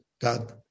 God